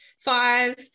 five